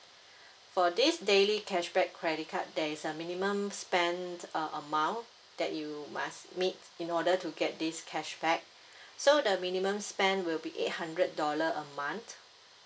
for this daily cashback credit card there is a minimum spend err amount that you must meet in order to get this cashback so the minimum spend will be eight hundred dollar a month